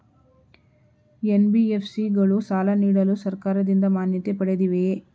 NBFC ಗಳು ಸಾಲ ನೀಡಲು ಸರ್ಕಾರದಿಂದ ಮಾನ್ಯತೆ ಪಡೆದಿವೆಯೇ?